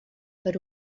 per